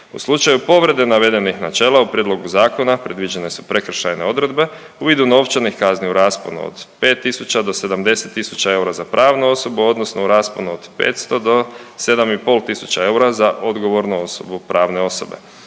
U slučaju povrede navedenih načela u prijedlogu zakona predviđene su prekršajne odredbe u vidu novčanih kazni u rasponu od 5 tisuća do 70 tisuća eura za pravnu osobu odnosno od 500 do 7,5 tisuća eura za odgovornu osobu pravne osobe.